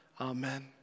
Amen